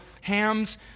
Ham's